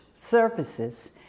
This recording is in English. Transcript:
Services